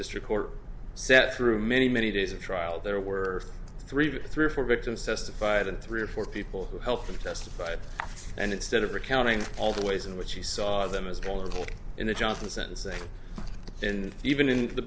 district court set through many many days of trial there were three three or four victims testified and three or four people who helped them testified and instead of accounting all the ways in which he saw them as callable in the johnson sentencing and even in the